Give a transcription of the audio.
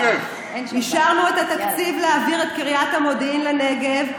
אישרנו את התקציב להעביר את קריית המודיעין לנגב,